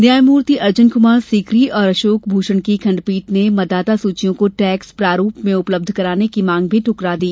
न्यायमूर्ति अर्जन कुमार सीकरी और अशोक भूषण की खण्डपीठ ने मतदाता सूचियों को टैक्ट प्रारूप में उपलब्ध कराने की मांग भी दुकरा दी